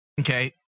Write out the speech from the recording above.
Okay